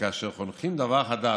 שכאשר חונכים דבר חדש,